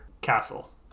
castle